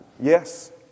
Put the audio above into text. Yes